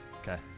Okay